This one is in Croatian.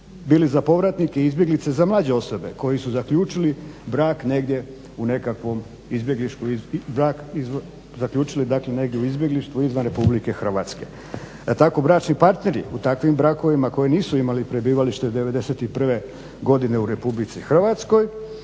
bili za povratnike, za izbjeglice, za mlađe osobe koji su zaključili brak negdje u nekakvom izbjeglištvu izvan RH. Tako bračni partneri u takvim brakovima koji nisu imali prebivalište 91. godine u RH nisu